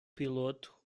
piloto